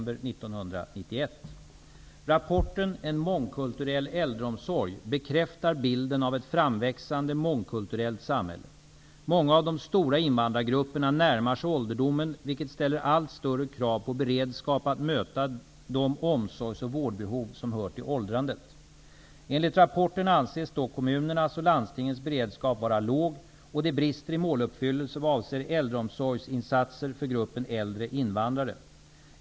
bekräftar bilden av ett framväxande mångkulturellt samhälle. Många av de stora invandrargrupperna närmar sig ålderdomen, vilket ställer allt större krav på beredskap att möta de omsorgs och vårdbehov som hör till åldrandet. Enligt rapporten anses dock kommunernas och landstingens beredskap vara ganska låg, och det brister i måluppfyllelse vad avser äldreomsorgsinstanser för gruppen äldre invandrare.